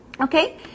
Okay